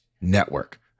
network